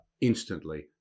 instantly